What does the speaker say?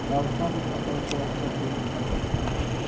सरसो की फसल को अच्छा कैसे कर सकता हूँ?